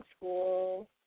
school